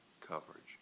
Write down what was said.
Coverage